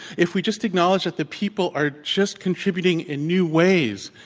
if we just acknowledge that the people are just contributing in new ways.